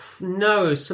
No